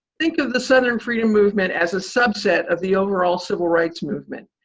think of the southern freedom movement as a subset of the overall civil rights movement,